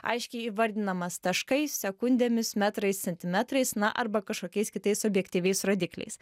aiškiai įvardinamas taškais sekundėmis metrais centimetrais na arba kažkokiais kitais objektyviais rodikliais